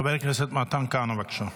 חבר הכנסת מתן כהנא, בבקשה.